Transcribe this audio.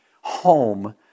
home